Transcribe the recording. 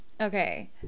Okay